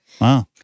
Wow